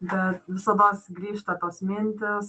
bet visados grįžta tos mintys